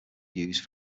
used